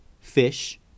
fish